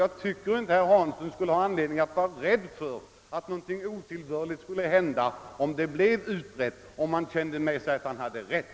Jag tycker inte att herr Hansson har anledning att vara rädd för att någonting otillbörligt skulle ske, om en utredning kom till stånd, under förutsättning att han känner med sig att han har rätt.